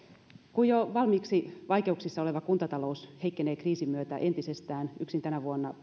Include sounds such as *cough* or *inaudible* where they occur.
kun jo valmiiksi vaikeuksissa oleva kuntatalous heikkenee kriisin myötä entisestään yksin tänä vuonna *unintelligible*